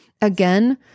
Again